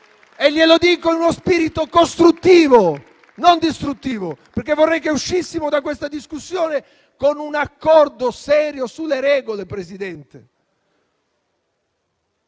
Glielo dico con uno spirito costruttivo, non distruttivo, perché vorrei che uscissimo da questa discussione con un accordo serio sulle regole. Sui